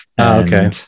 Okay